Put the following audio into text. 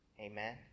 amen